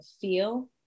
feel